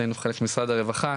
כשהיינו חלק ממשרד הרווחה,